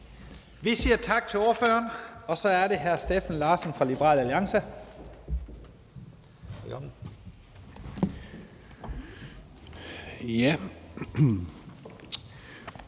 Vi siger tak til ordføreren, og så er det hr. Steffen Larsen fra Liberal Alliance.